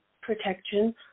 protection